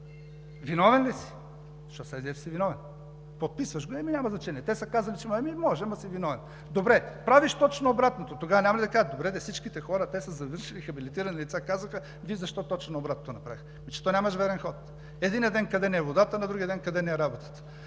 виновен ли си? Защото сега излиза, че си виновен. Подписваш го, ами няма значение. Те са казали, че може. Ами може, но си виновен. Добре, правиш точно обратното – тогава няма ли да кажат: добре де, всичките хора са завършили, хабилитирани лица казаха, Вие защо точно обратното направихте? Ами че то нямаш верен ход! Единия ден – къде ни е водата? На другия ден – къде ни е работата?